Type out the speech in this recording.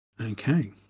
Okay